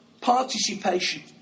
participation